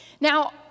Now